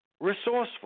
resourceful